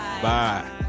Bye